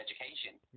education